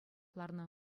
ларнӑ